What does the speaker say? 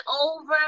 over